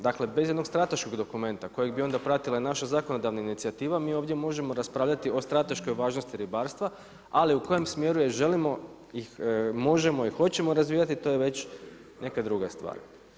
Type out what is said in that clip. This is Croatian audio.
Dakle, bez jednog strateškog dokumenta kojeg bi ona pratila naša zakonodavna inicijativa, mi ovdje možemo raspravljati o strateškoj važnosti ribarstava, ali u kojem je smjeru je želimo ih, možemo i hoćemo razvijati, to je već neka druga stvar.